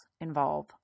involve